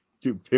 Dude